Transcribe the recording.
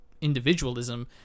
individualism